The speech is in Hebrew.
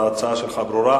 ההצעה שלך ברורה.